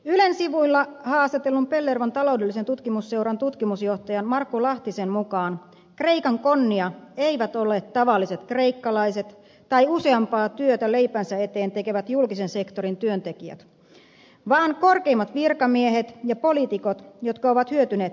ylen sivuilla haastatellun pellervon taloudellisen tutkimuslaitoksen tutkimusjohtajan markus lahtisen mukaan kreikan konnia eivät ole tavalliset kreikkalaiset tai useampaa työtä leipänsä eteen tekevät julkisen sektorin työntekijät vaan korkeimmat virkamiehet ja poliitikot jotka ovat hyötyneet tilanteesta